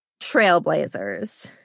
trailblazers